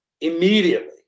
Immediately